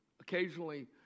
Occasionally